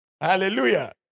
hallelujah